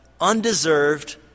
undeserved